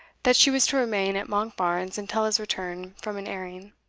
that she was to remain at monkbarns until his return from an airing.